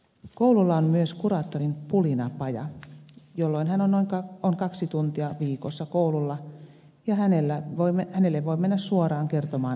koululla on myös kuraattorin pulinapaja jolloin hän on kaksi tuntia viikossa koululla ja hänelle voi mennä suoraan kertomaan asioista